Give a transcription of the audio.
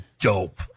dope